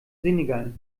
senegal